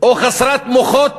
או חסרת מוחות